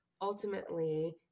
ultimately